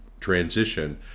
transition